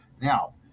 Now